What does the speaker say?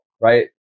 right